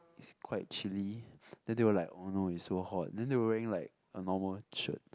is quite chilly then you will like oh no you so hot then they wearing like a normal shirt